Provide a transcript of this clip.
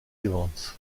evans